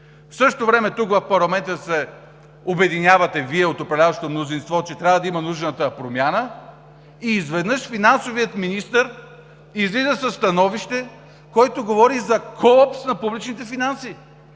В същото време тук, в парламента, се обединявате Вие от управляващото мнозинство, че трябва да има нужната промяна. И изведнъж финансовият министър излиза със становище, в което говори за колапс на публичните финанси,